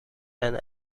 and